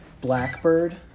Blackbird